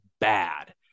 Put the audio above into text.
bad